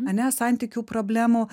ane santykių problemų